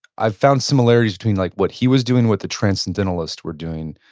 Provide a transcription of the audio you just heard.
i've found similarities between like what he was doing, what the transcendentalists were doing.